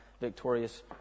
victorious